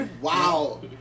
Wow